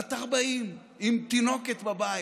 בת 40, עם תינוקת בבית,